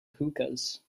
hookahs